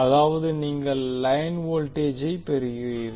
அதாவது நீங்கள் லைன் வோல்டேஜை பெறுவீர்கள்